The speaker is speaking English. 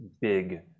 big